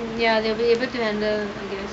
ya they'll be able to handle